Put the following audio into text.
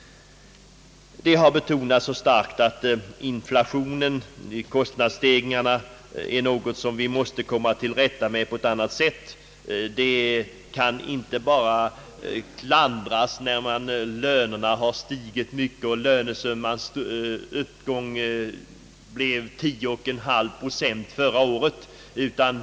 Det har betonats så starkt att inflationen är något som vi måste komma till rätta med. Man kan inte bara klandra att lönerna har stigit mycket och att lönesummans uppgång blev 10,5 procent förra året.